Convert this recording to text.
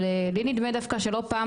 אבל לי נדמה דווקא שלא פעם,